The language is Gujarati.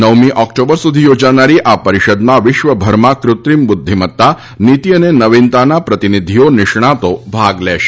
નવમી ઓક્ટોબર સુધી યોજાનારી આ પરિષદમાં વિશ્વભરમાં કૃત્રિમ બુધ્ધિમતા નીતિ અને નવીનતાના પ્રતિનિધિઓ નિષ્ણાંતો ભાગ લેશે